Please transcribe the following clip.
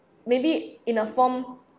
maybe in a form